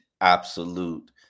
absolute